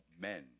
men